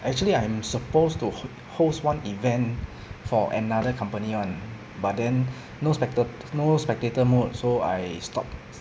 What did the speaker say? actually I'm supposed to ho~ host one event for another company [one] but then no specta~ no spectator no so I stopped